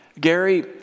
Gary